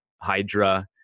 Hydra